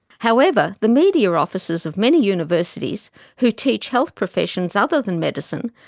however, the media offices of many universities who teach health professions other than medicine,